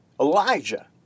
Elijah